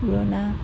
পুৰণা